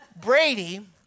Brady